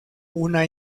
una